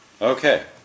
Okay